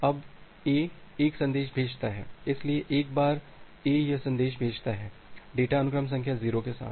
अब A 1 संदेश भेजता है इसलिए एक बार A यह संदेश भेजता है डेटा अनुक्रम संख्या 0 के साथ